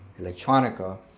electronica